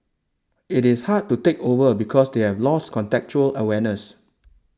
it is hard to take over because they have lost contextual awareness